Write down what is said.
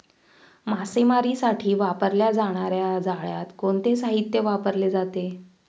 मासेमारीसाठी वापरल्या जाणार्या जाळ्यात कोणते साहित्य वापरले जाते?